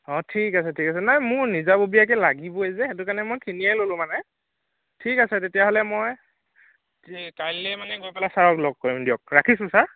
অঁ ঠিক আছে ঠিক আছে নাই মোৰ নিজাববীয়াকৈ লাগিবই যে সেইটো কাৰণে মই কিনিয়েই ল'লো মানে ঠিক আছে তেতিয়াহ'লে মই এই কাইলৈৈ মানে গৈ পেলাই ছাৰক লগ কৰিম দিয়ক ৰাখিছোঁ ছাৰ